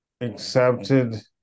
accepted